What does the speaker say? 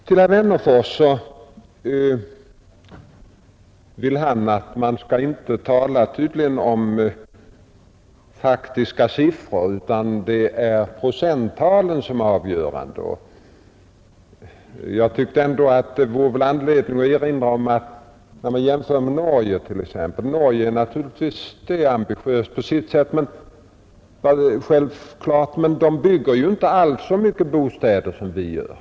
Herr Wennerfors vill tydligen att man inte skall tala om absoluta tal, utan det är procenttalen som är avgörande. Jag tycker ändå att det vore anledning, när man jämför med Norge, att erinra om att Norge naturligtvis är ambitiöst på sitt sätt, men där bygger man inte alls så mycket bostäder som vi gör.